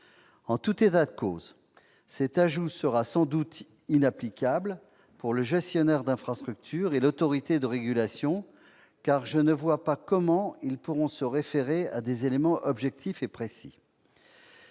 En tout état de cause, cet ajout sera sans doute inapplicable pour le gestionnaire d'infrastructure et l'autorité de régulation, car je ne vois pas comment ils pourront se référer à des éléments objectifs et précis.